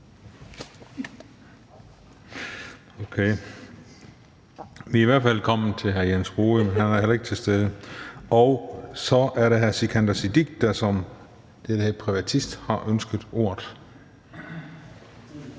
Vi er i hvert fald kommet til hr. Jens Rohde, men han er heller ikke til stede. Så er det hr. Sikandar Siddique, der som privatist har ønsket ordet.